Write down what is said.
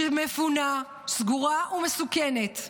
היא מפונה, סגורה ומסוכנת,